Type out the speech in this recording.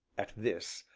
at this,